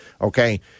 Okay